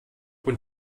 und